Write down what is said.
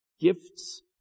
Gifts